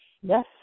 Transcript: Yes